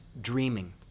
dreaming